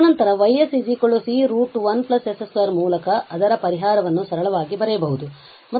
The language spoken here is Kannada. ತದನಂತರ ಈ Y c √1s 2 ಮೂಲಕ ಅದರಪರಿಹಾರವನ್ನು ಸರಳವಾಗಿ ಬರೆಯಬಹುದು